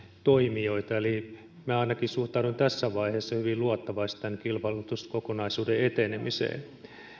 toimijoita eli minä ainakin suhtaudun tässä vaiheessa hyvin luottavaisesti tämän kilpailutuskokonaisuuden etenemiseen